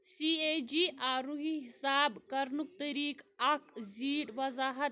C A G آروٗہی حِساب کَرنُک طریٖقہٕ اَکھ زیٖٹھ وَضاحَت